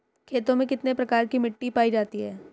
खेतों में कितने प्रकार की मिटी पायी जाती हैं?